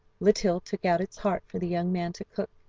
litill took out its heart for the young man to cook,